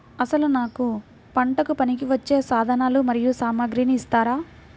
అసలు నాకు పంటకు పనికివచ్చే సాధనాలు మరియు సామగ్రిని ఇస్తారా?